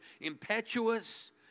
impetuous